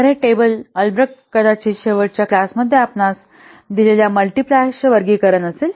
तर हे टेबल अल्ब्रॅक्ट कदाचित शेवटच्या क्लास मध्ये आपणास दिलेल्या मल्टिप्लायर्सचे वर्गीकरण असेल